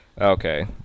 Okay